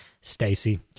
Stacy